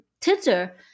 Twitter